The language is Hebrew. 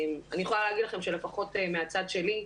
אני יכולה להגיד לכם שלפחות מהצד שלי,